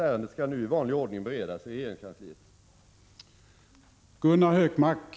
Ärendet skall nu i vanlig ordning beredas i regeringskansliet.